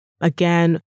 Again